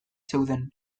zeuden